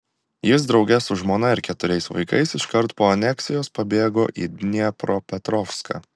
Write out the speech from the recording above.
jis drauge su žmona ir keturiais vaikais iškart po aneksijos pabėgo į dniepropetrovską